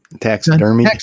taxidermy